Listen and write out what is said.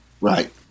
Right